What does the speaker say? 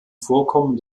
vorkommen